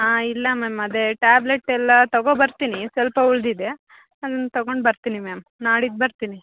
ಹಾಂ ಇಲ್ಲ ಮ್ಯಾಮ್ ಅದೇ ಟ್ಯಾಬ್ಲೆಟೆಲ್ಲ ತಗೋ ಬರ್ತೀನಿ ಸ್ವಲ್ಪ ಉಳಿದಿದೆ ಅದನ್ನ ತಗೊಂಡು ಬರ್ತೀನಿ ಮ್ಯಾಮ್ ನಾಡಿದ್ದು ಬರ್ತೀನಿ